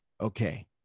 Okay